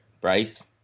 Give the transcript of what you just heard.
Bryce